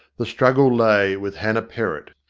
the struggle lay with hannah perrott.